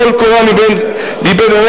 טול קורה מבין עיניך,